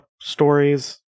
stories